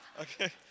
okay